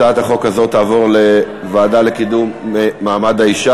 הצעת החוק תועבר לוועדה לקידום מעמד האישה